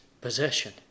possession